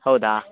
ಹೌದಾ